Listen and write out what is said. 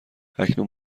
اکنون